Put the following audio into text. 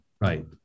Right